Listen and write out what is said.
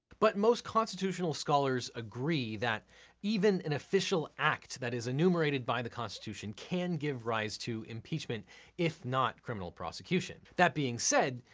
but most constitutional scholars agree that even an official act that is enumerated by the constitution constitution can give rise to impeachment if not criminal prosecution. that being said,